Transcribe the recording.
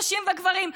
נשים וגברים.